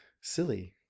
silly